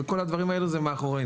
כל הדברים האלה זה מאחורינו.